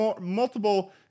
multiple